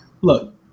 Look